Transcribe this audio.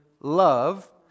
love